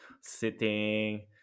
sitting